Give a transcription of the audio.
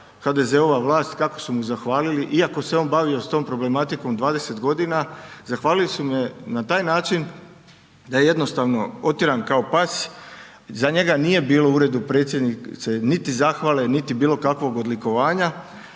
HDZ-ova vlast, kako su mu zahvalili? Iako se on bavio s tom problematikom 20 g. zahvalili su mu na taj način, da je jednostavno otjeran kao pas i za njega nije bilo u Uredu predsjednice niti zahvale niti bilokakvog odlikovanja,